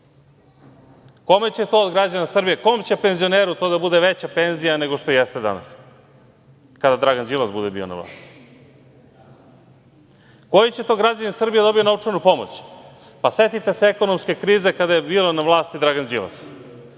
Kome će to od građana Srbije, kom će penzioneru to da bude veća penzija, nego što jeste danas, kada Dragan Đilas bude na vlasti? Koji će to građanin Srbije da dobije novčanu pomoć? Pa, setite se ekonomske krize kada je bio na vlasti Dragan Đilas.